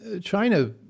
China